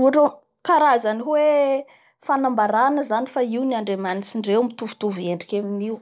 ohatra hoe-karzan'ny hoe fanambarana zany fa io ny Andriamaintst ndreo mitovitovy endriky aminio